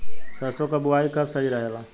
सरसों क बुवाई कब सही रहेला?